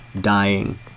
dying